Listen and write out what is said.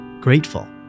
grateful